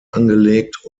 angelegt